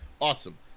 awesome